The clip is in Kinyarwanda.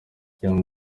young